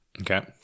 Okay